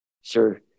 sure